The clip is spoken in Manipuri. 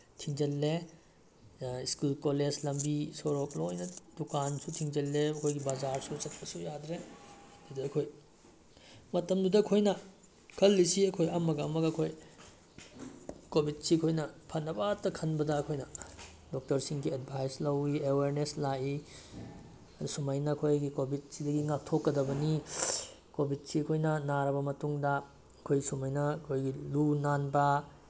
ꯊꯤꯡꯖꯤꯜꯂꯦ ꯁ꯭ꯀꯨꯜ ꯀꯣꯂꯦꯖ ꯂꯝꯕꯤ ꯁꯣꯔꯣꯛ ꯂꯣꯏꯅ ꯗꯨꯀꯥꯟꯁꯨ ꯊꯤꯡꯖꯤꯜꯂꯦ ꯑꯩꯈꯣꯏꯒꯤ ꯕꯖꯥꯔꯁꯨ ꯆꯠꯄꯁꯨ ꯌꯥꯗ꯭ꯔꯦ ꯑꯗꯒꯤ ꯑꯩꯈꯣꯏ ꯃꯇꯝꯗꯨꯗ ꯑꯩꯈꯣꯏꯅ ꯈꯜꯂꯤꯁꯤ ꯑꯩꯈꯣꯏ ꯑꯃꯒ ꯑꯃꯒ ꯑꯩꯈꯣꯏ ꯀꯣꯚꯤꯠꯁꯤ ꯑꯩꯈꯣꯏꯅ ꯐꯅꯕꯇ ꯈꯟꯕꯗ ꯑꯩꯈꯣꯏꯅ ꯗꯣꯛꯇꯔꯁꯤꯡꯒꯤ ꯑꯦꯠꯚꯥꯏꯁ ꯂꯧꯋꯤ ꯑꯦꯋꯦꯌꯔꯅꯦꯁ ꯂꯥꯛꯏ ꯑꯗꯒꯤ ꯁꯨꯃꯥꯏꯅ ꯑꯩꯈꯣꯏꯒꯤ ꯀꯣꯚꯤꯠꯁꯤꯗꯒꯤ ꯉꯥꯛꯊꯣꯛꯀꯗꯕꯅꯤ ꯀꯣꯚꯤꯠꯁꯤ ꯑꯩꯈꯣꯏꯅ ꯅꯥꯔꯕ ꯃꯇꯨꯡꯗ ꯑꯩꯈꯣꯏ ꯁꯃꯥꯏꯅ ꯑꯩꯈꯣꯏꯒꯤ ꯂꯨ ꯅꯥꯟꯕ